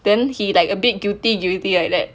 then he like a bit guilty guilty like that